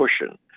cushion